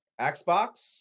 Xbox